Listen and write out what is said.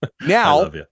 Now